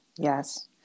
Yes